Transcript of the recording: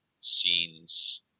scenes